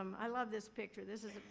um i love this picture. this is,